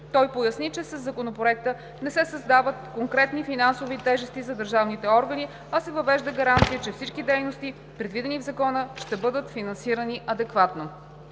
Той поясни, че със Законопроекта не се създават конкретни финансови тежести за държавните органи, а се въвежда гаранция, че всички дейности, предвидени в Закона, ще бъдат финансирани адекватно.